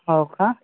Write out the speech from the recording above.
हो का